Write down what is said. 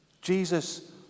jesus